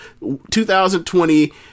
2020